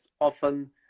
often